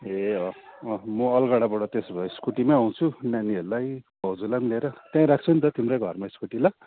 ए अँ म अलगढाबाट त्यसो भए स्कूटीमै आउँछु नानीहरूलाई भाउजुलाई पनि लिएर त्यही राख्छु नि त तिम्रै घरमा स्कुटी ल